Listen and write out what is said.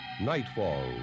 Nightfall